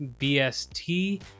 BST